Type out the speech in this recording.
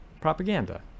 propaganda